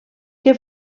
que